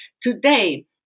Today